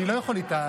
אני לא יכול איתה.